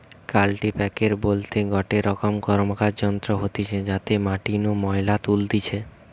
কাল্টিপ্যাকের বলতে গটে রকম র্কমকার যন্ত্র হতিছে যাতে মাটি নু ময়লা তুলতিছে